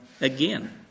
again